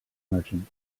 merchant